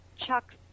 Chuck